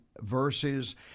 Verses